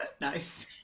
nice